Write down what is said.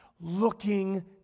looking